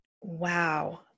Wow